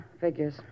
Figures